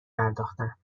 پرداختند